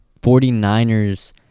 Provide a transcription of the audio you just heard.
49ers